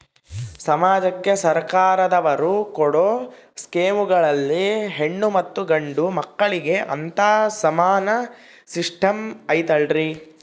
ಸಮಾಜಕ್ಕೆ ಸರ್ಕಾರದವರು ಕೊಡೊ ಸ್ಕೇಮುಗಳಲ್ಲಿ ಹೆಣ್ಣು ಮತ್ತಾ ಗಂಡು ಮಕ್ಕಳಿಗೆ ಅಂತಾ ಸಮಾನ ಸಿಸ್ಟಮ್ ಐತಲ್ರಿ?